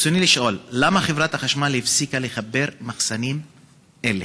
ברצוני לשאול: למה חברת החשמל הפסיקה לחבר מחסנים אלה?